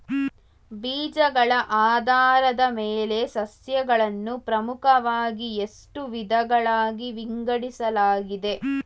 ಬೀಜಗಳ ಆಧಾರದ ಮೇಲೆ ಸಸ್ಯಗಳನ್ನು ಪ್ರಮುಖವಾಗಿ ಎಷ್ಟು ವಿಧಗಳಾಗಿ ವಿಂಗಡಿಸಲಾಗಿದೆ?